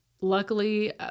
luckily